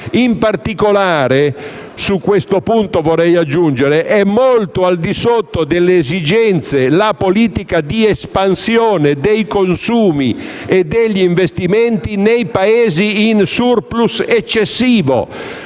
In particolare, su questo punto vorrei aggiungere che è molto al di sotto delle esigenze la politica di espansione dei consumi e degli investimenti nei Paesi in *surplus* eccessivo,